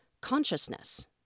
consciousness